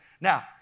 Now